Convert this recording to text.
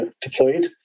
deployed